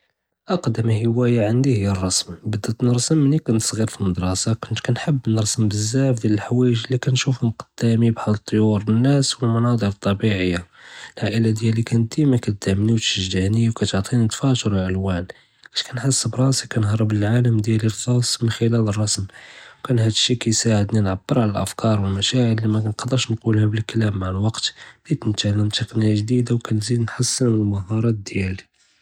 אַקְּדַם הִוָאיָה ענדִי הִי אלרסְם, בְּדִית נרְסוּם מןִין כּנת צְגִ'יר פִּלמְדָארָסָה, כּנחבּ נרְסוּם בּזזאאף דִיאַל לחְואַיג' לִי כּנשוּפהוּם קְדָאמִי בּחאל טְיוּר וּנָאס וּלמנָאצֶּ'ר טַבִּיעִיָה. אלעאאִלָה דִיאַלי כָּנת דִימָא כָּאתְדְעַמנִי וּתְשַׁגְ'ענִי וּכָּאתְעְטִינִי תְּפַאג'ֻר אלעַלְוָאן חִית כּנחס בּראסִי כּנְהְרבּ לִעָאלֶם דִיאַלִי אלח'ָאס מִן חְלָאל אלרסְם, וּכָּאן האד שִׁי כּיַסַעדנִי נְעַבּר עלא אַלפְקָאר וּמשָׁאעֶר לִי מָאנְקְדֶרְש נְגוּלהוּם בּלכְּלָאם. מע אלוּקּת בְּדִית נִתְעַלֶם טַקְנִיקָּה גְ'דִידָה וּכנְזִיד נְחַסֶּן אלמְהָארָאת דִיאַלִי.